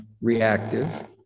reactive